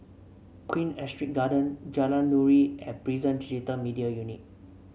Queen Astrid Garden Jalan Nuri and Prison Digital Media Unit